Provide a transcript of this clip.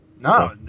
No